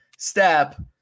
step